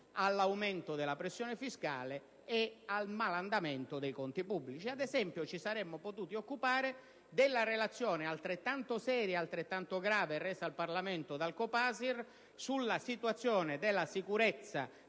all'aumento della pressione fiscale e al cattivo andamento dei conti pubblici; ad esempio, ci saremmo potuti occupare della relazione, altrettanto seria e altrettanto grave, resa al Parlamento dal COPASIR sulla situazione della sicurezza